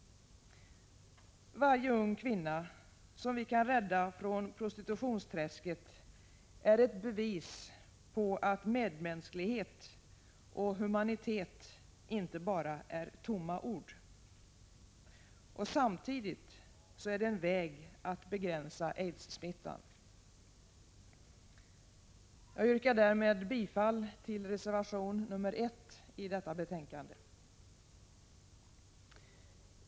Varje ung kvinna som vi kan rädda från prostitutionsträsket är ett bevis på att medmänsklighet och humanitet inte bara är tomma ord. Samtidigt är det en väg att begränsa aidssmittan. Jag yrkar därmed bifall till reservation 1 i detta betänkande.